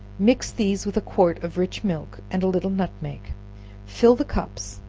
mix these with a quart of rich milk and a little nutmeg fill the cups,